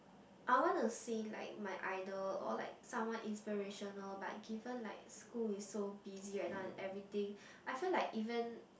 I want to see like my idol or like someone inspirational but given like school is so busy right now and everything I feel like even